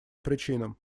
причинам